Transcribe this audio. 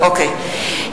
אוקיי.